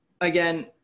Again